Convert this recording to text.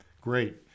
great